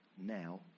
now